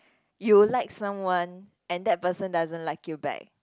you like someone and that person doesn't like you back